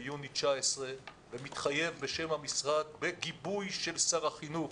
ביוני 2019 ומתחייב בשם המשרד בגיבוי של שר החינוך